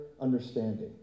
understanding